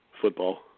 football